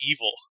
evil